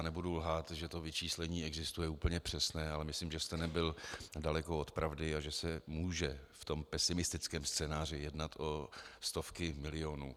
Nebudu lhát, že vyčíslení existuje úplně přesné, ale myslím, že jste nebyl daleko od pravdy a že se může v pesimistickém scénáři jednat o stovky milionů.